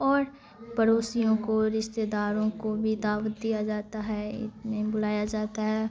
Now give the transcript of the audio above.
اور پڑوسیوں کو رشتے داروں کو بھی دعوت دیا جاتا ہے اتنے بلایا جاتا ہے